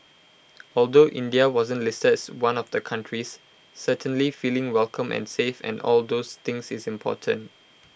although India wasn't listed as one of the countries certainly feeling welcome and safe and all those things is important